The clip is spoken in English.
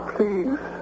Please